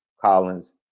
collins